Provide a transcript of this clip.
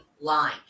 line